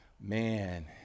Man